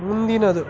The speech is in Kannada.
ಮುಂದಿನದು